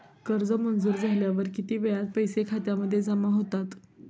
कर्ज मंजूर झाल्यावर किती वेळात पैसे खात्यामध्ये जमा होतात?